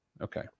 Okay